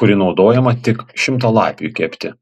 kuri naudojama tik šimtalapiui kepti